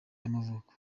y’amavuko